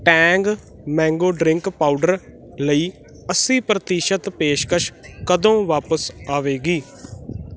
Tang mango drink powder ਲਈ ਅੱਸੀ ਪ੍ਰਤੀਸ਼ਤ ਪੇਸ਼ਕਸ਼ ਕਦੋਂ ਵਾਪਸ ਆਵੇਗੀ